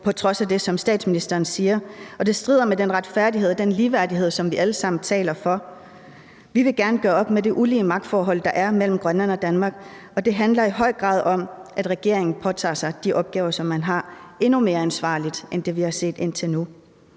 på trods af det, som statsministeren siger, og det strider imod den retfærdighed og ligeværdighed, som vi alle sammen taler for. Vi vil gerne gøre op med det ulige magtforhold, der er mellem Grønland og Danmark, og det handler i høj grad om, at regeringen påtager sig de opgaver, som man har, endnu mere ansvarligt end det, vi har set indtil nu.